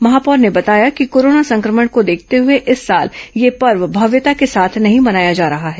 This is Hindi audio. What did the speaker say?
महापौर ने बताया कि कोरोना संक्रमण को देखते हुए इस साल यह पर्व भव्यता के साथ नहीं मनाया जा रहा है